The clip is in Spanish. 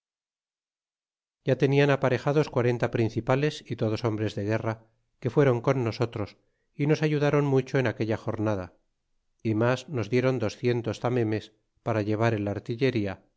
ya tenian aparejados quarenta principales y todos hombres de guerra que fuéron con nosotros y nos ayudaron mucho en aquella jornada y mas nos diéron docientos tamemes para llevar el artillería